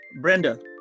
Brenda